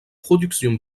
productions